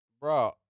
bro